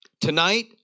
Tonight